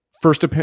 first